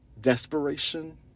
desperation